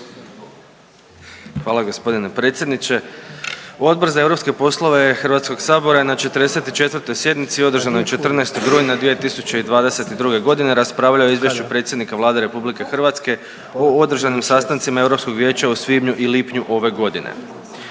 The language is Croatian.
Hvala g. predsjedniče. U Odboru za europske poslove HS na 44. sjednici održanoj 14. rujna 2022.g. raspravljalo se o izvješću predsjednika Vlade RH o održanim sastancima Europskog vijeća u svibnju i lipnju ove godine.